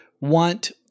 want